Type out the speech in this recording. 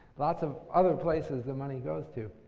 lots of other places that money goes to.